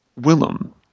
Willem